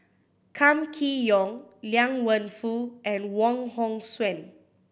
Kam Kee Yong Liang Wenfu and Wong Hong Suen